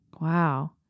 Wow